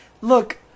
look